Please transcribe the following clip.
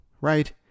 right